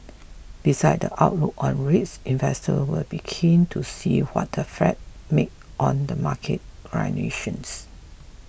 besides the outlook on rates investors will be keen to see what the Fed made on the market gyrations